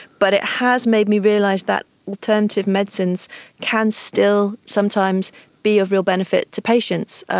but it has made me realise that alternative medicines can still sometimes be of real benefit to patients.